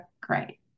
great